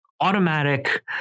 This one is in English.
automatic